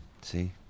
See